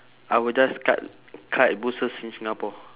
I will just cut cut bushes in singapore